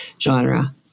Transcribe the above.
genre